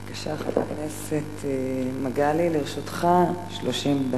בבקשה, חבר הכנסת מגלי, לרשותך 30 דקות.